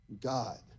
God